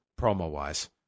promo-wise